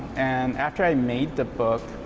and after i made the book,